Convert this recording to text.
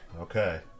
Okay